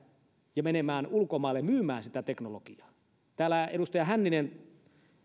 ja menemään ulkomaille myymään täällä edustaja hänninen